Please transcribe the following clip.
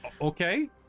okay